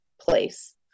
place